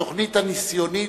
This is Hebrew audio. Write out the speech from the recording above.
התוכנית הניסיונית),